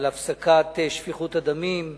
על הפסקת שפיכות הדמים,